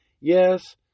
Yes